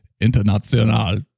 international